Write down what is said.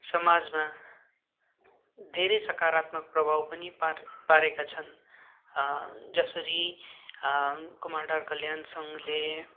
समाजमा धेरै सकारात्मक प्रभाव पनि पार पारेका छन् जसरी कुमलटार कल्याण संघले